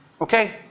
okay